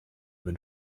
been